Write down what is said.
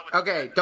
okay